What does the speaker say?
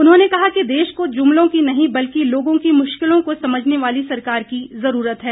उन्होंने कहा कि देश को जुमलों की नहीं बल्कि लोगों की मुश्किलों को समझने वाली सरकार की जरूरत है